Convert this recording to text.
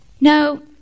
No